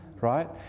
right